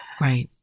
Right